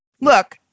Look